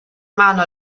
mano